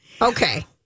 okay